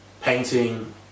painting